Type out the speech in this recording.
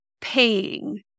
paying